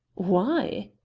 why?